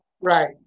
Right